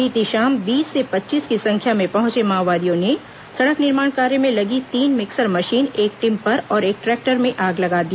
बीती शाम बीस से पच्चीस की संख्या में पहंचे माओवादियों ने सड़क निर्माण कार्य में लगी तीन मिक्सर मशीन एक टिप्पर और एक ट्रैक्टर में आग लगा दिया